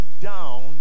down